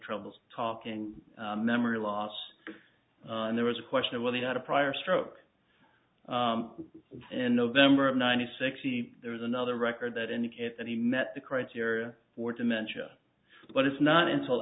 troubles talking memory loss and there was a question of whether he had a prior stroke in november of ninety six he there is another record that indicates that he met the criteria for dementia but it's not until